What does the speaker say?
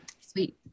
Sweet